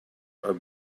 are